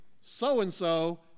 so-and-so